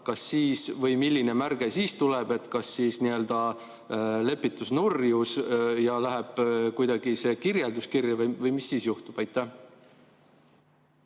kas või milline märge siis tuleb, kas siis n‑ö lepitus nurjus ja läheb kuidagi see kirjeldus kirja või mis siis juhtub? Aitäh,